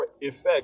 effect